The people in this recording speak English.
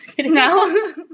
No